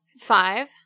five